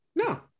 No